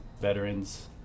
veterans